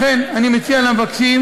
לכן אני מציע למבקשים